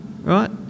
Right